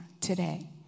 today